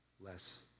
less